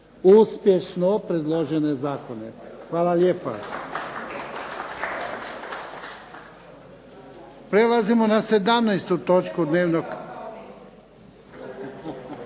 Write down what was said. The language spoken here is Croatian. uspješno predložene zakone. Hvala lijepa.